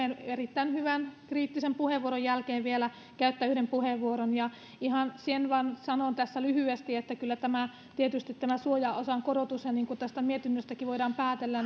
erittäin hyvän kriittisen puheenvuoron jälkeen käyttää vielä yhden puheenvuoron ihan sen vain sanon tässä lyhyesti että kyllä tietysti tästä suojaosan korotuksesta on yksimielinen mietintö niin kuin tästä mietinnöstäkin voidaan päätellä